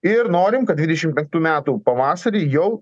ir norim kad dvidešimt penktų metų pavasarį jau